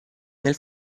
nel